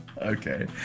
Okay